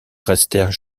restèrent